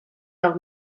del